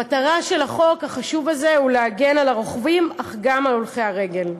המטרה של החוק החשוב הזה היא להגן על הרוכבים אך גם על הולכי הרגל.